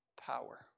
power